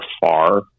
far